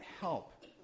help